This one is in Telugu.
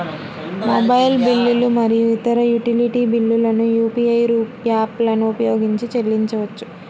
మొబైల్ బిల్లులు మరియు ఇతర యుటిలిటీ బిల్లులను యూ.పీ.ఐ యాప్లను ఉపయోగించి చెల్లించవచ్చు